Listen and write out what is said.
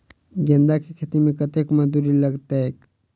गेंदा केँ खेती मे कतेक मजदूरी लगतैक?